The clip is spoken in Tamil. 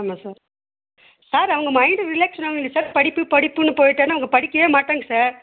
ஆமாம் சார் சார் அவங்க மைண்டு ரிலாக்ஸாகணும்ல சார் படிப்பு படிப்புன்னு போயிட்டானா அவங்க படிக்கவே மாட்டாங்கள் சார்